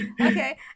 Okay